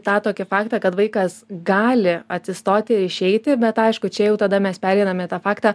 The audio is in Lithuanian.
tą tokį faktą kad vaikas gali atsistoti ir išeiti bet aišku čia jau tada mes pereinam į tą faktą